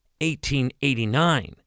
1889